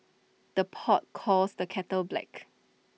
the pot calls the kettle black